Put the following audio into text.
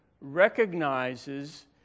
recognizes